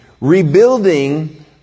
Rebuilding